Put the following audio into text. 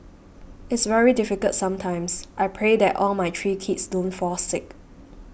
it's very difficult sometimes I pray that all my three kids don't fall sick